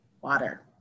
water